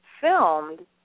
filmed